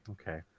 Okay